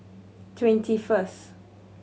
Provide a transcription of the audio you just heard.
twenty first